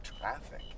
traffic